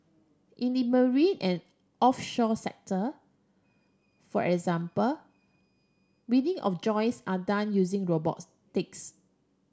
in the marine and offshore sector for example welding of joints can done using robotics